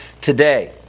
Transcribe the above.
today